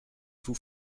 vous